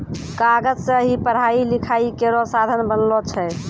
कागज सें ही पढ़ाई लिखाई केरो साधन बनलो छै